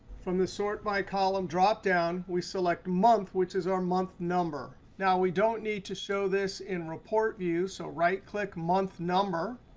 from the sort by column dropdown, we select month, which is our month number. now, we don't need to show this in report view. so right-click month number,